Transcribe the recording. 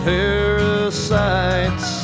Parasites